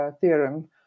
theorem